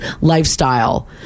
lifestyle